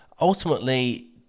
ultimately